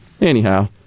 anyhow